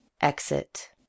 exit